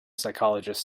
psychologist